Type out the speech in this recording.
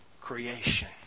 creation